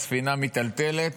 הספינה מיטלטלת